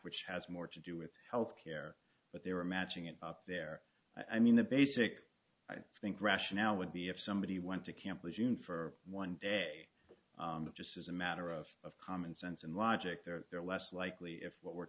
which has more to do with health care but they were matching it up there i mean the basic i think rationale would be if somebody went to camp le june for one day just as a matter of common sense and logic there they're less likely if what we're